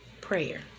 Prayer